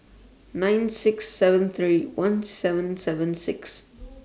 nine six seven three one seven seven six